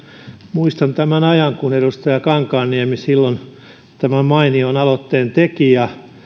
muistan tämän ajan kun edustaja kankaanniemi tämän mainion aloitteen teki ja